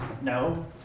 No